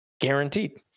Guaranteed